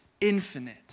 infinite